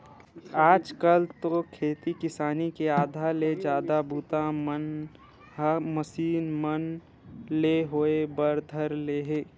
आज कल तो खेती किसानी के आधा ले जादा बूता मन ह मसीन मन ले होय बर धर ले हे